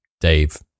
Dave